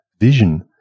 vision